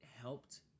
helped